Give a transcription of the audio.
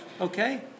Okay